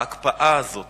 ההקפאה הזאת